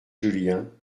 julien